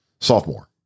sophomore